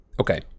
okay